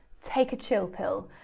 take a chill pill.